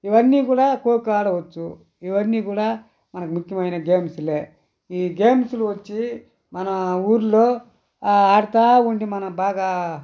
ఇవన్నీ కూడా ఖోఖో ఆడవచ్చు ఇవన్నీ కూడా మనకి ముఖ్యమైన గేమ్స్లే ఈ గేమ్స్లు వచ్చి మన ఊరిలో ఆడతా ఉంటే మనం బాగా